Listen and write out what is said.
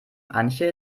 antje